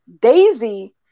Daisy